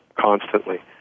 constantly